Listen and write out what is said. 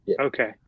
Okay